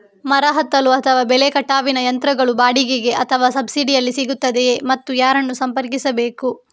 ಮರ ಹತ್ತಲು ಅಥವಾ ಬೆಲೆ ಕಟಾವಿನ ಯಂತ್ರಗಳು ಬಾಡಿಗೆಗೆ ಅಥವಾ ಸಬ್ಸಿಡಿಯಲ್ಲಿ ಸಿಗುತ್ತದೆಯೇ ಮತ್ತು ಯಾರನ್ನು ಸಂಪರ್ಕಿಸಬೇಕು?